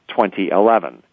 2011